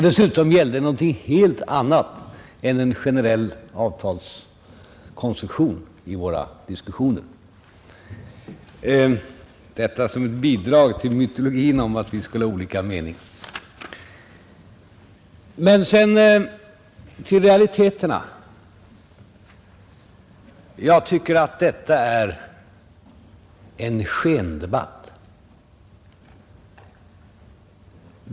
Dessutom gällde den någonting helt annat än en generell avtalskonstruktion i våra diskussioner. Detta som en belysning av mytologin om att vi skulle ha olika mening. Men sedan till realiteterna. Jag tycker att detta är en skendebatt.